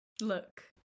Look